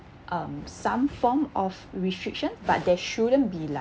um some form of restriction but there shouldn't be